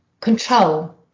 control